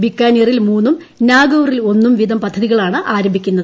ബിക്കാനീറിൽ മൂന്നും നാഗൌറിൽ ഒന്നും വീതം പദ്ധതികളാണ് ആരംഭിക്കുന്നത്